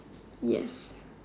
yes